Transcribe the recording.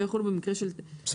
לא יחולו במקרה של תקלה כללית.